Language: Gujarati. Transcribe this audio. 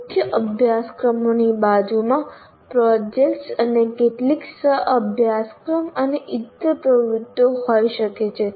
મુખ્ય અભ્યાસક્રમોની બાજુમાં પ્રોજેક્ટ્સ અને કેટલીક સહ અભ્યાસક્રમ અને ઇત્તર પ્રવૃત્તિઓ હોઈ શકે છે